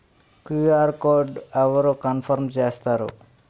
QR code అవరు confirm చేస్తారు?